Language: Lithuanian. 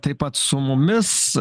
taip pat su mumis